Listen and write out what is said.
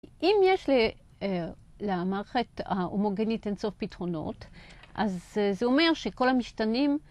‫אם יש למערכת ההומוגנית ‫אינסוף פתרונות, ‫אז זה אומר שכל המשתנים...